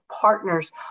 partners